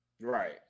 Right